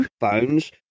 phones